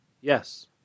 Yes